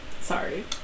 Sorry